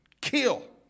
kill